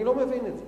אני לא מבין את זה.